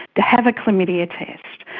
to have a chlamydia test.